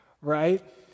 Right